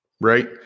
right